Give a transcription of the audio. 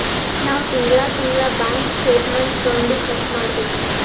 ನಾವ್ ತಿಂಗಳಾ ತಿಂಗಳಾ ಬ್ಯಾಂಕ್ ಸ್ಟೇಟ್ಮೆಂಟ್ ತೊಂಡಿ ಚೆಕ್ ಮಾಡ್ಬೇಕ್